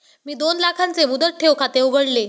मी दोन लाखांचे मुदत ठेव खाते उघडले